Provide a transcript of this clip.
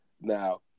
Now